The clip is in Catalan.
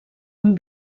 amb